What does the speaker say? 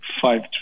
five